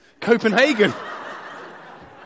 Copenhagen